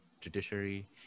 judiciary